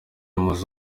muzi